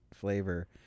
flavor